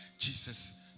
Jesus